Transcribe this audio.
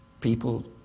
people